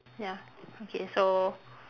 ya okay so